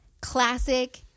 classic